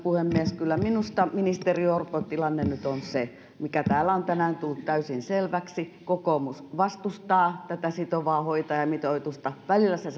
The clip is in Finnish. puhemies kyllä minusta ministeri orpo tilanne nyt on se mikä täällä on tänään tullut täysin selväksi kokoomus vastustaa sitovaa hoitajamitoitusta välillä se